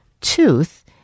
tooth